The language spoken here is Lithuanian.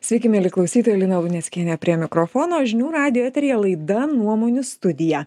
sveiki mieli klausytojai lina luneckienė prie mikrofono žinių radijo eteryje laida nuomonių studija